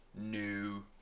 new